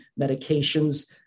medications